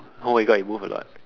oh my god it move a lot